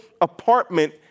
apartment